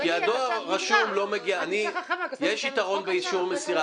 יש יתרון באישור מסירה.